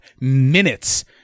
minutes